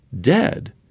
dead